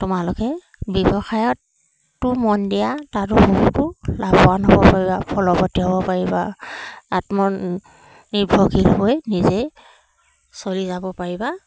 তোমালোকে ব্যৱসায়তো মন দিয়া তাতো বহুতো লাভৱান হ'ব পাৰিবা ফলৱৰ্তী হ'ব পাৰিবা আত্মনিৰ্ভৰশীল হৈ নিজেই চলি যাব পাৰিবা